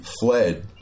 fled